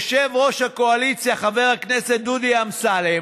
יושב-ראש הקואליציה חבר הכנסת דודי אמסלם